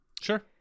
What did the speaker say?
Sure